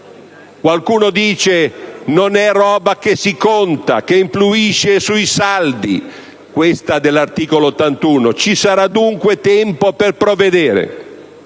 Qualcuno dice non è roba che si conta, che influisce sui saldi - quella dell'articolo 81 - e ci sarà dunque tempo per provvedere.